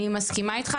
אני מסכימה איתך.